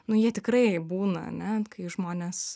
nu jie tikrai būna ane kai žmonės